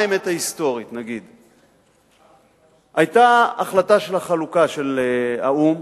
מה היא אמת היסטורית היתה החלטת החלוקה של האו"ם.